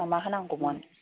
मा मा होनांगौमोन